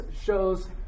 shows